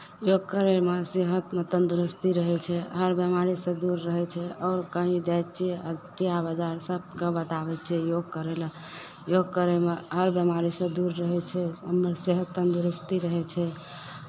योग करयमे सेहतमे तन्दुरुस्ती रहै छै हर बेमारीसँ दूर रहै छै आओर कहीँ जाइ छियै हटिया बाजार सभकेँ बताबै छियै योग करय लेल योग करय लेल आओर बेमारीसँ दूर रहै छै ओहिमे सेहत तन्दुरुस्ती रहै छै